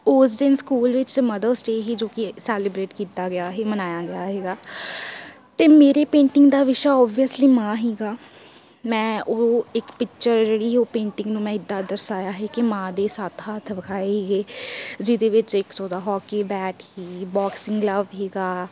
ਉਸ ਦਿਨ ਸਕੂਲ ਵਿੱਚ ਮਦਰਸ ਡੇ ਸੀ ਜੋ ਕਿ ਸੈਲੀਬਰੇਟ ਕੀਤਾ ਗਿਆ ਸੀ ਮਨਾਇਆ ਗਿਆ ਸੀਗਾ ਅਤੇ ਮੇਰੇ ਪੇਂਟਿੰਗ ਦਾ ਵਿਸ਼ਾ ਓਵੀਅਸਲੀ ਮਾਂ ਸੀਗਾ ਮੈਂ ਉਹ ਇੱਕ ਪਿਕਚਰ ਜਿਹੜੀ ਉਹ ਪੇਂਟਿੰਗ ਨੂੰ ਮੈਂ ਇੱਦਾਂ ਦਰਸਾਇਆ ਸੀ ਕਿ ਮਾਂ ਦੇ ਸੱਤ ਹੱਥ ਵਿਖਾਏ ਸੀਗੇ ਜਿਹਦੇ ਵਿੱਚ ਇੱਕ ਸੋ ਦਾ ਹਾਕੀ ਬੈਟ ਸੀ ਬੋਕਸਿੰਗ ਗਲਬਸ ਸੀਗਾ